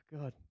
God